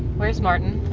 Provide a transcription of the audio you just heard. where's martin?